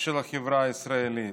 של החברה הישראלית.